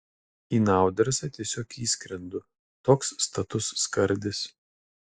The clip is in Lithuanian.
į naudersą tiesiog įskrendu toks status skardis